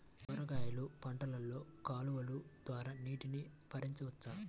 కూరగాయలు పంటలలో కాలువలు ద్వారా నీటిని పరించవచ్చా?